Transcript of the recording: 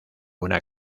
una